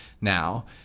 Now